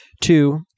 Two